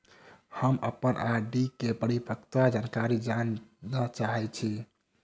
हम अप्पन आर.डी केँ परिपक्वता जानकारी जानऽ चाहै छी